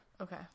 okay